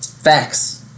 facts